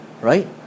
right